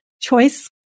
choice